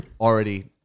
already